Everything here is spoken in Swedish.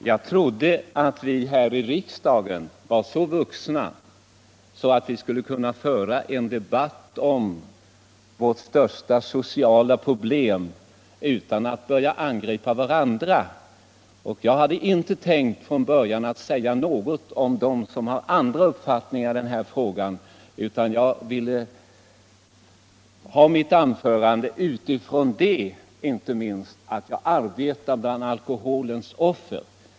Herr talman! Jag trodde att vi här i riksdagen var så vuxna att vi skulle kunna föra en debatt om vårt största sociala problem utan att börja angripa varandra, och jag hade från början inte tänkt att säga någonting om dem som har andra uppfattningar i denna fråga. Jag ville inte minst grunda mitt anförande på mitt arbete bland alkoholens offer.